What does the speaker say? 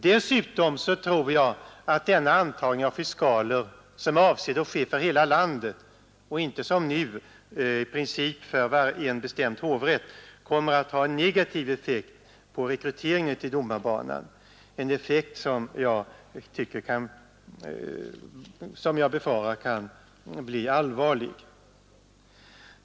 Dessutom tror jag att denna antagning av fiskaler, som är avsedd att gälla för hela landet och inte som nu för i princip en bestämd hovrätt, kommer att ha en negativ effekt på rekryteringen till domarbanan, en effekt som jag befarar kan bli allvarlig.